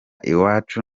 iwacu